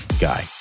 guy